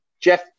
Jeff